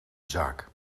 zaak